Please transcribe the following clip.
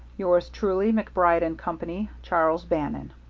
yours truly, macbride and company. charles bannon.